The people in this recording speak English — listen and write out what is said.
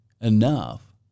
enough